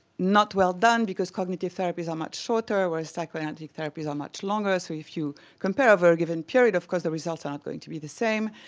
not well done, because cognitive therapies are much shorter whereas psychoanalytic therapies are much longer, so if you compare over a given period, of course the results are not going to be the same.